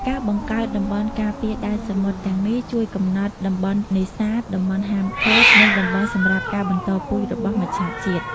ការបង្កើត តំបន់ការពារដែនសមុទ្រ ទាំងនេះជួយកំណត់តំបន់នេសាទ តំបន់ហាមឃាត់ និងតំបន់សម្រាប់ការបន្តពូជរបស់មច្ឆាជាតិ។